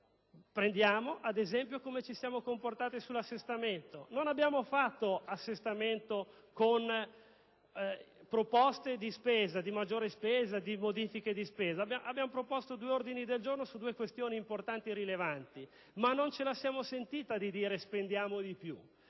Prendiamo ad esempio come ci siamo comportati sull'assestamento: non abbiamo proposto maggiori spese o modifiche di spesa. Abbiamo proposto due ordini del giorno su due questioni importanti, ma non ce la siamo sentita di dire «spendiamo di più».